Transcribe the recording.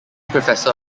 professor